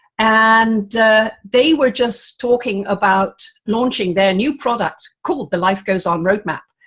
and they were just talking about launching their new product called the life goes on roadmap,